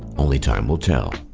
only time will tell.